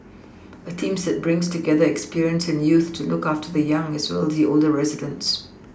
a team that brings together experience and youth to look after the young as well as the older residents